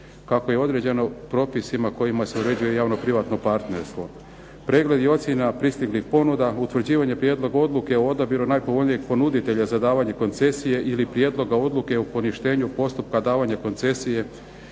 kako je određeno propisima kojima se uređuje javno-privatno partnerstvo. Pregled i ocjena pristiglih ponuda, utvrđivanje prijedloga odluke o odabiru najpovoljnijeg ponuditelja za davanje koncesije ili prijedloga odluke o poništenju postupka davanja koncesije